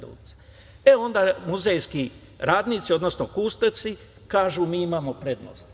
Onda muzejski radnici, odnosno kustosi, kažu - mi imamo prednost.